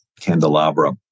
candelabra